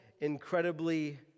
incredibly